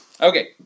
Okay